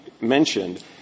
mentioned